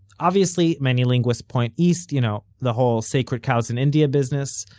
obviously, many linguists point east, you know, the whole sacred cows in india business.